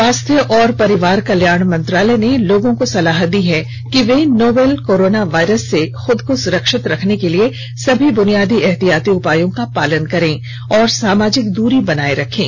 स्वास्थ्य और परिवार कल्याण मंत्रालय ने लोगों को सलाह दी है कि वे नोवल कोरोना वायरस से अपने को सुरक्षित रखने के लिए सभी बुनियादी एहतियाती उपायों का पालन करें और सामाजिक दूरी बनाए रखें